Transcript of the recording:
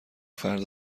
فرد